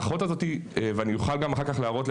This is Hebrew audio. אני אוכל גם אחר כך להראות,